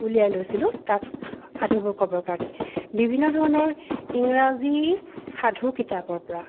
উলিয়াই লৈছিলোঁ তাক সাধুবোৰ ক'ব কাৰণে বিভিন্ন ধৰণৰ ইংৰাজী সাধু কিতাপৰপৰা